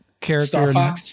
character